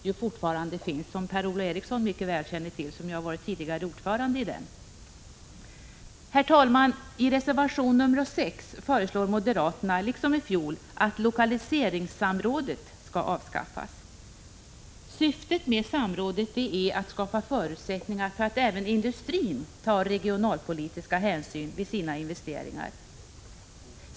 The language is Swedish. Per-Ola Eriksson känner mycket väl till den, eftersom han tidigare var ordförande i den. Herr talman! I reservation nr 23 föreslår moderaterna liksom i fjol att lokaliseringssamrådet skall avskaffas. Syftet med samrådet är att skapa förutsättningar för att även industrin tar regionalpolitiska hänsyn vid sina investeringar.